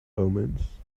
omens